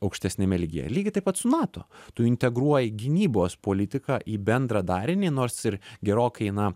aukštesniame lygyje lygiai taip pat su nato tu integruoji gynybos politiką į bendrą darinį nors ir gerokai na